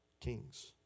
kings